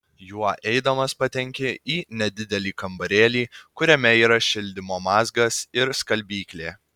juo eidamas patenki į nedidelį kambarėlį kuriame yra šildymo mazgas ir skalbyklė